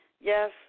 Yes